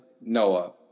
noah